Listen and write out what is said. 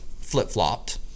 flip-flopped